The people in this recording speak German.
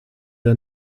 der